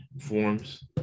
forms